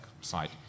site